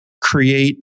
create